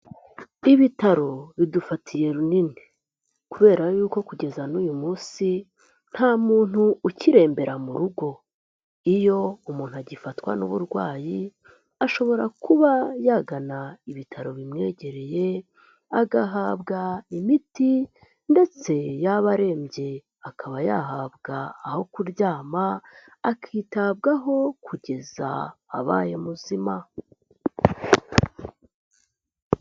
Ibitaro bidufatiye runini, kubera y kugeza n'uyu munsi nta muntu ukirembera mu rugo, iyo umuntu agifatwa n'uburwayi, ashobora kuba yagana ibitaro bimwegereye, agahabwa imiti ndetse yaba arembye akaba yahabwa aho kuryama akitabwaho kugeza abaye muzima.